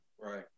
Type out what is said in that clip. Right